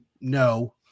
no